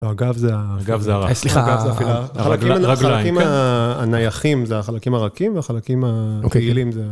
הגב זה הרגליים, החלקים הנייחים זה החלקים הרכים והחלקים הפעילים זה...